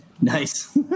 nice